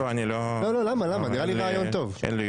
לא אושר.